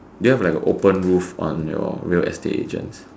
do you have like an open roof on your real estate agent